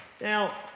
Now